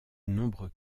nombreux